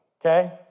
okay